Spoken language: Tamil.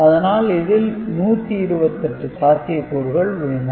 அதனால் இதில் 128 சாத்தியக்கூறுகள் உள்ளன